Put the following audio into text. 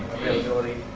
availability.